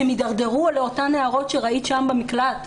הן ידרדרו לאותן נערות שראית שם במקלט.